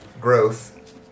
growth